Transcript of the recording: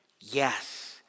Yes